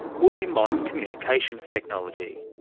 will be modern communications technology.